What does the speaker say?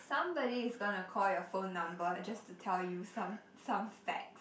somebody is gonna call your phone number just to tell you some some facts